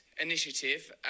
initiative